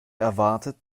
erwartet